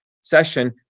session